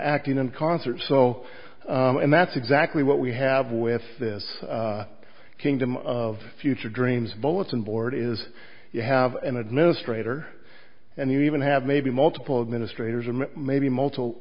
acting in concert so and that's exactly what we have with this kingdom of future dreams bulletin board is you have an administrator and you even have maybe multiple administrators and maybe multiple